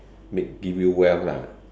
make give you wealth lah